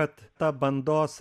kad ta bandos